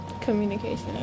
communication